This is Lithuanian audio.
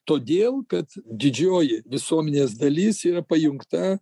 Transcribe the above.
todėl kad didžioji visuomenės dalis yra pajungta